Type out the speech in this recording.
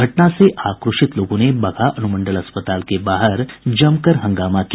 घटना से आक्रोशित लोगों ने बगहा अनुमंडल अस्पताल के बाहर जमकर हंगामा किया